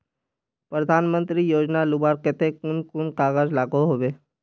प्रधानमंत्री योजना लुबार केते कुन कुन कागज लागोहो होबे?